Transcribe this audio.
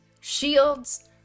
shields